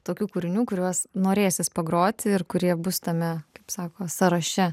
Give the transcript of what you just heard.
tokių kūrinių kuriuos norėsis pagroti ir kurie bus tame kaip sako sąraše